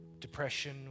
depression